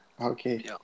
Okay